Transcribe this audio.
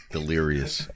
Delirious